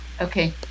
Okay